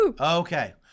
Okay